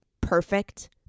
perfect